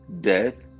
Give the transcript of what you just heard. death